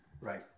Right